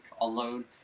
alone